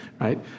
right